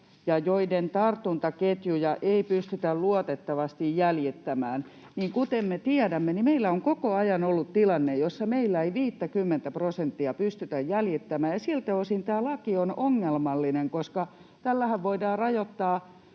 joiden tartuntaketjuja ei pystytä luotettavasti jäljittämään”, niin kuten me tiedämme, meillä on koko ajan ollut tilanne, jossa meillä ei 50:tä prosenttia pystytä jäljittämään. Siltä osin tämä laki on ongelmallinen. Itse asiassa tällähän voidaan rajoittaa